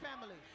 Family